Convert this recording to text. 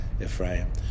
Ephraim